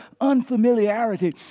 unfamiliarity